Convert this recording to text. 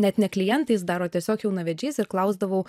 net ne klientais dar o tiesiog jaunavedžiais ir klausdavau